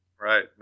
Right